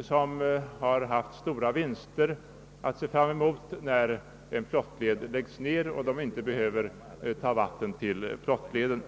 som haft stora vinster att vänta när en flottled lagts ner och vatten inte längre behöver reserveras för flottleden.